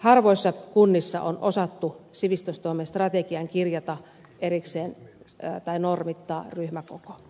harvoissa kunnissa on osattu sivistystoimen strategiaan kirjata erikseen tai normittaa ryhmäkoko